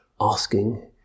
asking